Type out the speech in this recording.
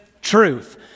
truth